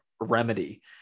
remedy